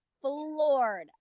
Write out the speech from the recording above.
floored